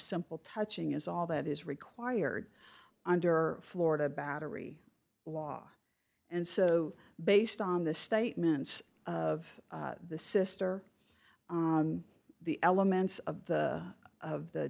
simple touching is all that is required under florida battery law and so based on the statements of the sister the elements of the of the